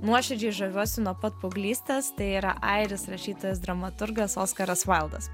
nuoširdžiai žaviuosi nuo pat paauglystės tai yra airis rašytojas dramaturgas oskaras vaildas